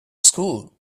school